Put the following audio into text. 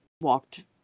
walked